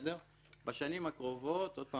בשנים הקרובות שוב,